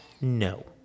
No